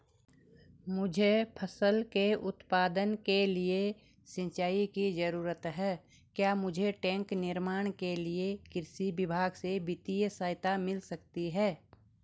मुझे फसल के उत्पादन के लिए सिंचाई की जरूरत है क्या मुझे टैंक निर्माण के लिए कृषि विभाग से वित्तीय सहायता मिल सकती है?